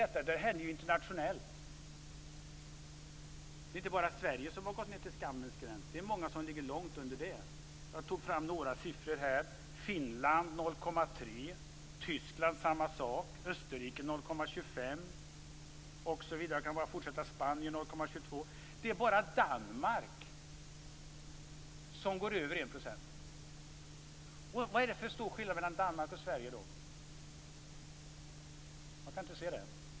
Det gäller även internationellt. Det är inte bara i Sverige man gått ned till skammens gräns. Det är många som ligger långt under det. Jag har tagit fram några siffror: 0,25 %, Spanien 0,22 %. Det är bara Danmark som går över 1 %. Vad är det för stor skillnad mellan Danmark och Sverige?